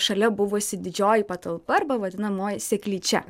šalia buvusi didžioji patalpa arba vadinamoji seklyčia